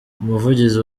umuvugizi